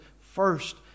first